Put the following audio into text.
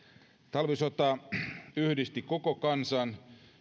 talvisota yhdisti koko kansan